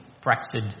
fractured